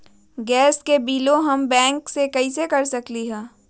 Gas के बिलों हम बैंक से कैसे कर सकली?